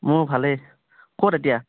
মোৰ ভালে ক'ত এতিয়া